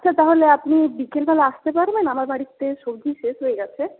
আচ্ছা তাহলে আপনি বিকেলবেলা আসতে পারবেন আমার বাড়িতে সবজি শেষ হয়ে গেছে